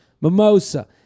mimosa